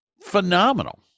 Phenomenal